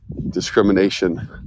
discrimination